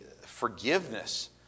forgiveness